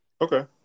okay